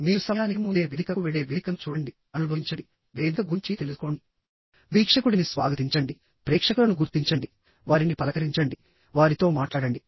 మీరు సమయానికి ముందే వేదికకు వెళ్ళే వేదికను చూడండి అనుభవించండివేదిక గురించి తెలుసుకోండివీక్షకుడిని స్వాగతించండి ప్రేక్షకులను గుర్తించండి వారిని పలకరించండివారితో మాట్లాడండి